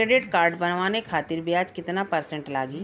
Credit card बनवाने खातिर ब्याज कितना परसेंट लगी?